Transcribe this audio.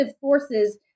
forces